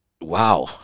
Wow